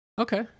okay